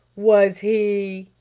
was he?